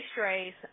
race